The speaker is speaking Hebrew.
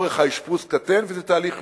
משך האשפוז קטן, וזה תהליך חיובי.